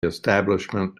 establishment